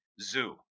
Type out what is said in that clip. zoo